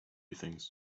things